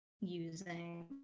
using